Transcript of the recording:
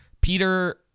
peter